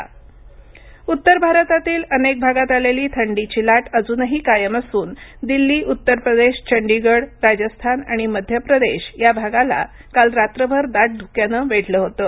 थंडीची लाट आणि हवामान अंदाज उत्तर भारतातील अनेक भागात आलेलीथंडीची लाट अजूनही कायम असून दिल्ली उत्तरप्रदेश चंडीगड राजस्थान आणि मध्यप्रदेश या भागात काल रात्रभर दाट धुक्यानं वेढलं होतं